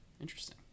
Interesting